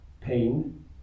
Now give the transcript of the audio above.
pain